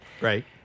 Right